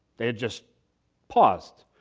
they had just paused.